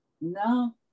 no